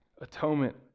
atonement